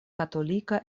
katolika